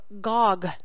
Gog